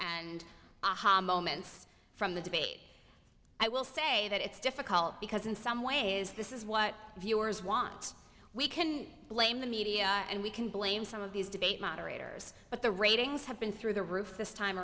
moments from the debate i will say that it's difficult because in some ways this is what viewers want we can blame the media and we can blame some of these debate moderators but the ratings have been through the roof this time